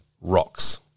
Rocks